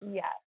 yes